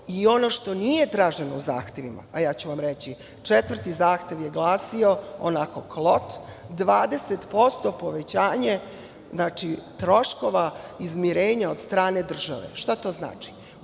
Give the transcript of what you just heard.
i ono što nije traženo u zahtevima, a ja ću vam reći - četvrti zahtev je glasio onako klot 20% povećanje troškova izmirenja od strane države. Šta to znači?